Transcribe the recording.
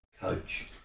coach